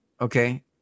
okay